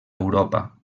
europa